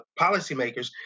policymakers